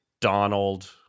Donald